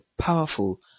powerful